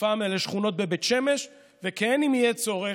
ופעם אלה שכונות בבית שמש, וכן, אם יהיה צורך,